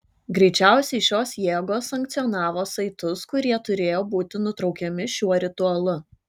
greičiausiai šios jėgos sankcionavo saitus kurie turėjo būti nutraukiami šiuo ritualu